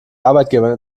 arbeitgebern